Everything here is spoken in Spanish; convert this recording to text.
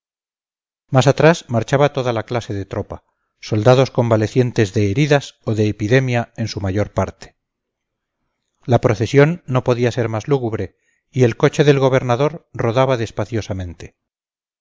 más atrás marchaba toda la clase de tropa soldados convalecientes de heridas o de epidemia en su mayor parte la procesión no podía ser más lúgubre y el coche del gobernador rodaba